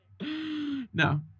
No